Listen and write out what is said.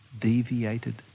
deviated